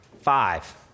Five